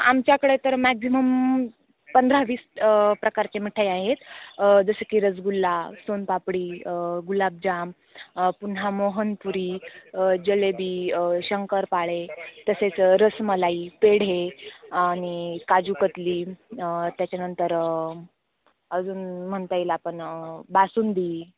आमच्याकडे तर मॅक्झिमम पंधरा वीस प्रकारचे मिठाई आहेत जसं की रसगुल्ला सोनपापडी गुलाबजाम पुन्हा मोहनपुरी जिलेबी शंकरपाळे तसेच रसमलाई पेढे आणि काजू कतली त्याच्यानंतर अजून म्हणता येईल आपण बासुंदी